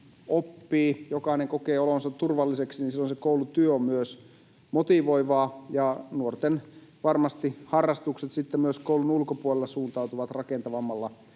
oppii, jokainen kokee olonsa turvalliseksi, niin silloin se koulutyö on myös motivoivaa ja varmasti nuorten harrastukset myös koulun ulkopuolella suuntautuvat rakentavammalla